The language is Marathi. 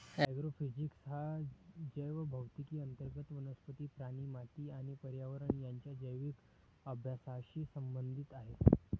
ॲग्रोफिजिक्स हा जैवभौतिकी अंतर्गत वनस्पती, प्राणी, माती आणि पर्यावरण यांच्या जैविक अभ्यासाशी संबंधित आहे